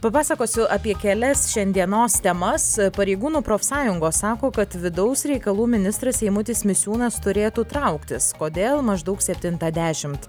papasakosiu apie kelias šiandienos temas pareigūnų profsąjungos sako kad vidaus reikalų ministras eimutis misiūnas turėtų trauktis kodėl maždaug septintą dešimt